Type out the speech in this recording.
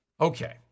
Okay